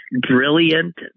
brilliant